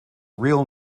real